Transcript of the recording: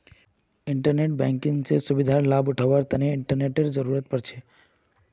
internet banking स सुविधार लाभ उठावार तना इंटरनेटेर जरुरत पोर छे